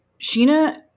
Sheena